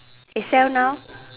they sell now